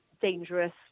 dangerous